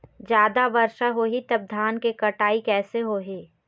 जादा वर्षा होही तब धान के कटाई कैसे होही?